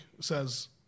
says